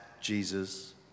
Jesus